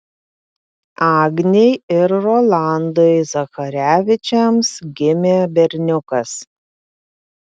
agnei ir rolandui zacharevičiams gimė berniukas